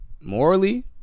Morally